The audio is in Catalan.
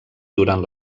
durant